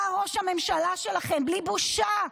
בא ראש הממשלה שלכם, בלי בושה,